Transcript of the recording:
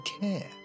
care